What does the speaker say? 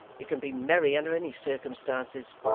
you can be merry under any circumstances